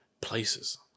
places